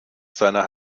seiner